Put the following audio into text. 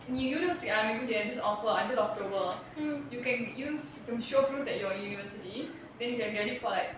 அது வந்து:athu vanthu there's this offer until october you can use show proof that you're university then you can get it for like